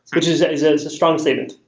which is a strong statement.